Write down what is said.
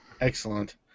Excellent